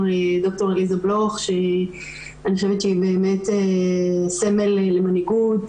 דוקטור עליזה בלוך שאני חושבת שהיא סמל למנהיגות,